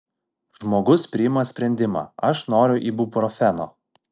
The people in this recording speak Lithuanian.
žmogus priima sprendimą aš noriu ibuprofeno